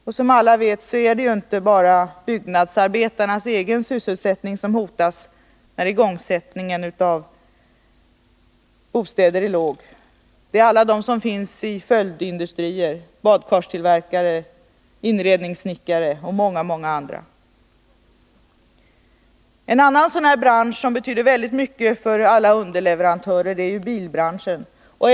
Och som alla vet, är det inte bara byggnadsarbetarnas egen sysselsättning som hotas när igångsätt ningen av bostäder är låg, utan även jobben i följdindustrier, kylskåpstillverkare, inredningssnickare och många många andra. En annan bransch som betyder väldigt mycket för alla underleverantörer är bilbranschen.